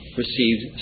received